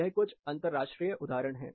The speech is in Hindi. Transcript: यह कुछ अंतरराष्ट्रीय उदाहरण है